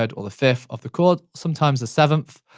but or the fifth of the chord. sometimes the seventh.